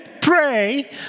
pray